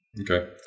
okay